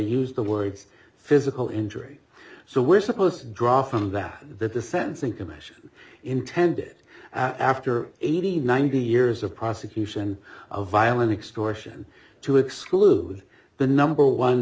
use the words physical injury so we're supposed to draw from that that the sentencing commission intended after eighty ninety years of prosecution of violent extortion to exclude the number one